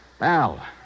Al